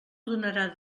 donarà